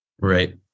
Right